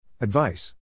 Advice